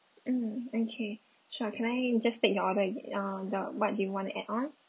mm okay sure can I just take your order uh the what do you want to add on